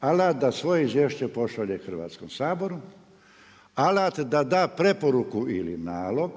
alat da svoje izvješće pošalje Hrvatskom saboru, alat da da preporuku ili nalog